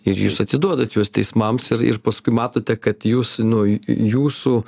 ir jūs atiduodat juos teismams ir ir paskui matote kad jūs nu jūsų